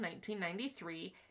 1993